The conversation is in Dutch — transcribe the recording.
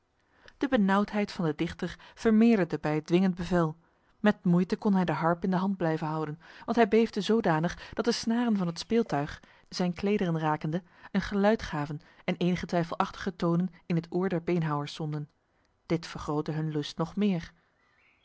de benauwdheid van de dichter vermeerderde bij het dwingend bevel met moeite kon hij de harp in de hand blijven houden want hij beefde zodanig dat de snaren van het speeltuig zijn klederen rakende een geluid gaven en enige twijfelachtige tonen in het oor der beenhouwers zonden dit vergrootte hun lust nog meer